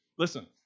Listen